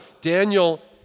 Daniel